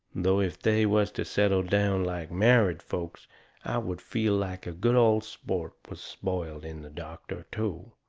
though if they was to settle down like married folks i would feel like a good old sport was spoiled in the doctor, too.